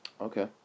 Okay